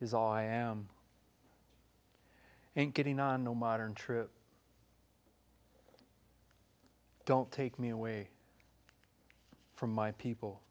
is all i am and getting on no modern trip don't take me away from my people